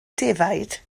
defaid